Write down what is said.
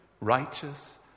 righteous